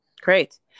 Great